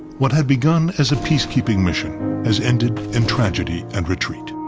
what had begun as a peace-keeping mission has ended in tragedy and retreat.